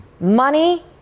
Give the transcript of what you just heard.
Money